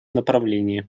направлении